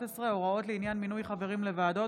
11) (הוראות לעניין מינוי חברים לוועדת),